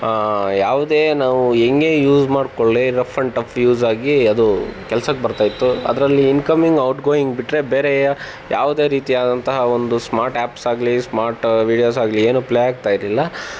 ಯಾವುದೇ ನಾವು ಹೆಂಗೇ ಯೂಸ್ ಮಾಡಿಕೊಳ್ಲಿ ರಫ್ ಆ್ಯಂಡ್ ಟಫ್ ಯೂಸಾಗಿ ಅದು ಕೆಲ್ಸಕ್ಕೆ ಬರ್ತಾ ಇತ್ತು ಅದರಲ್ಲಿ ಇನ್ಕಮಿಂಗ್ ಔಟ್ಗೋಯಿಂಗ್ ಬಿಟ್ಟರೆ ಬೇರೆ ಯಾವುದೇ ರೀತಿಯಾದಂತಹ ಒಂದು ಸ್ಮಾರ್ಟ್ ಆ್ಯಪ್ಸಾಗಲಿ ಸ್ಮಾರ್ಟ್ ವಿಡಿಯೋಸಾಗಲಿ ಏನೂ ಪ್ಲೇ ಆಗ್ತಾ ಇರಲಿಲ್ಲ